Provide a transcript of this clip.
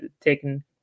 taken